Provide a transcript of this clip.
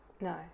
no